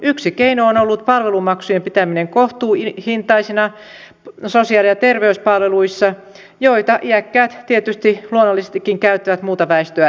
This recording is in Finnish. yksi keino on ollut palvelumaksujen pitäminen kohtuuhintaisena sosiaali ja terveyspalveluissa joita iäkkäät tietysti luonnollisestikin käyttävät muuta väestöä enemmän